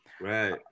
Right